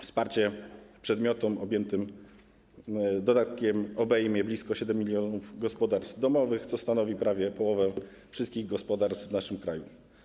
Wsparcie przedmiotowym dodatkiem obejmie blisko 7 mln gospodarstw domowych, co stanowi prawie połowę wszystkich gospodarstw w naszym kraju.